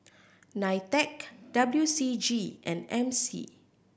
NITEC W C G and M C